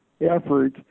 effort